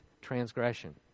transgression